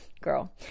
girl